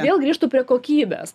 vėl grįžtu prie kokybės